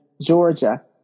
Georgia